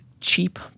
cheap